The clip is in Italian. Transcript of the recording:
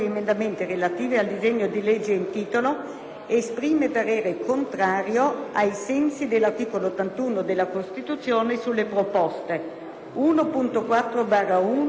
esprime parere contrario, ai sensi dell'articolo 81 della Costituzione sulle proposte 1.5, 2.23,